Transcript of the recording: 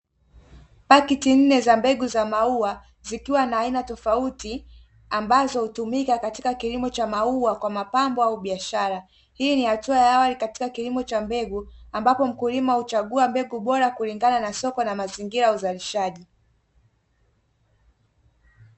Pakiti nne za mbegu za maua zikiwa na aina tofauti ambazo hutumika katika kilimo cha maua kwa mapambo au biashara. Hii ni hatua ya awali katika kilimo cha mbegu, ambapo mkulima huchagua mbegu bora kulingana na soko na mazingira ya uzalishaji.